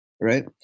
Right